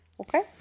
Okay